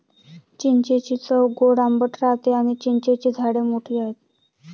चिंचेची चव गोड आंबट राहते आणी चिंचेची झाडे मोठी आहेत